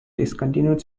discontinued